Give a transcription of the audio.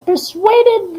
persuaded